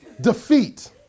Defeat